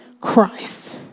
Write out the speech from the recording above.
Christ